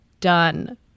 done